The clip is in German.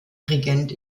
regent